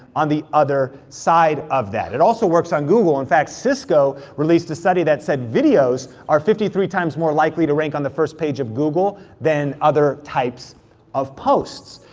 on the other side of that. it also works on google, in fact, cisco, released a study that said videos are fifty three times more likely to rank on the first page of google than other types of posts.